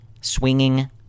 swinging